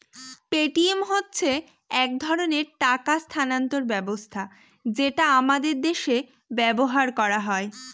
Paytm হচ্ছে এক ধরনের টাকা স্থানান্তর ব্যবস্থা যেটা আমাদের দেশে ব্যবহার করা হয়